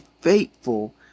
faithful